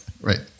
right